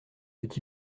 veut